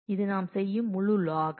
இது நாம் செய்யும் முழு லாக்